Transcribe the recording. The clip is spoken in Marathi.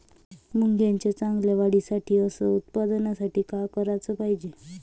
मुंगाच्या चांगल्या वाढीसाठी अस उत्पन्नासाठी का कराच पायजे?